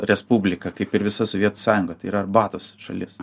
respublika kaip ir visa sovietų sąjunga tai yra arbatos šalis